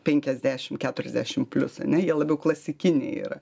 penkiasdešim keturiasdešim plius ane jie labiau klasikiniai yra